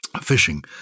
Fishing